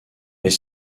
est